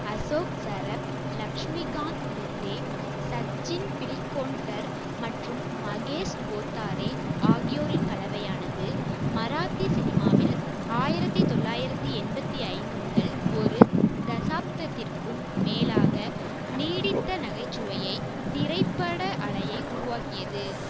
அசோக் சரப் லக்ஷ்மிகாந்த் பெர்டே சச்சின் பில்கோன்கர் மற்றும் மகேஷ் கோத்தாரே ஆகியோரின் கலவையானது மராத்தி சினிமாவில் ஆயிரத்தி தொள்ளாயிரத்தி எண்பத்தி ஐந்து முதல் ஒரு தசாப்தத்திற்கும் மேலாக நீடித்த நகைச்சுவையை திரைப்பட அலையை உருவாக்கியது